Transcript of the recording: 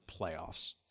playoffs